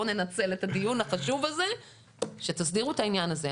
בוא ננצל את הדיון החשוב הזה שתסדירו את העניין הזה.